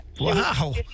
Wow